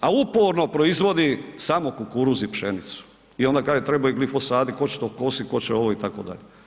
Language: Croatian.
A uporno proizvodi samo kukuruz i pšenicu i onda kaže trebaju glifosati, tko će to kositi, tko će ovo, itd.